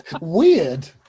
weird